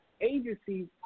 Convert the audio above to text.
agencies